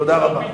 תודה רבה.